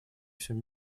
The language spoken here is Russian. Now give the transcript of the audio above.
всем